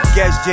Guess